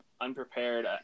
unprepared